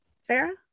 Sarah